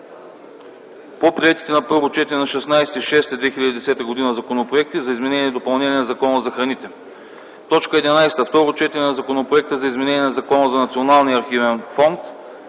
по приетите на първо четене на 16 юни 2010 г. законопроекти за изменение и допълнение на Закона за храните.) 11. Второ четене на Законопроекта за изменение на Закона за Националния